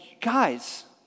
guys